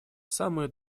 самые